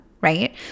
Right